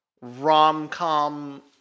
rom-com